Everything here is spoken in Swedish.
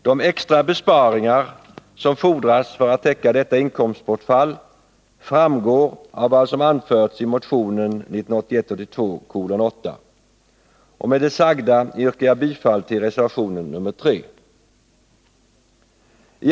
De extra besparingar som fordras för att täcka detta inkomstbortfall framgår av vad som anförts i motion 1981/82:8. Med det sagda yrkar jag bifall till reservation 3 i skatteutskottets betänkande.